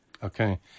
Okay